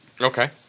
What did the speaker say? Okay